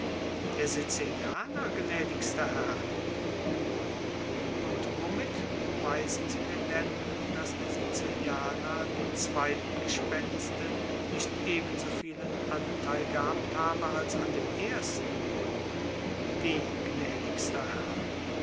der sizilianer gnädigster herr und womit beweisen sie mir denn daß der sizilianer an dem zweiten gespenste nicht ebensovielen anteil gehabt habe als an dem ersten wie gnädigster herr